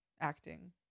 acting